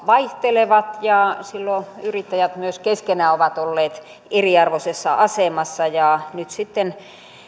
vaihtelevat ja silloin yrittäjät myös keskenään ovat olleet eriarvoisessa asemassa nyt sitten